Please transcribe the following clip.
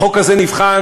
החוק הזה נבחן,